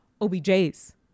OBJ's